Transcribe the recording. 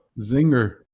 Zinger